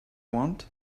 want